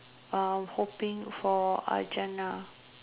uh hoping for uh jannah